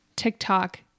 tiktok